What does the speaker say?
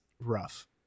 rough